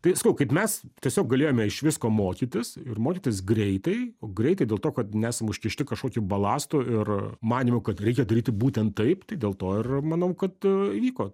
tai sakau kaip mes tiesiog galėjome iš visko mokytis ir mokytis greitai o greitai dėl to kad nesam užkišti kažkokiu balastu ir manymu kad reikia daryti būtent taip tai dėl to ir manau kad įvyko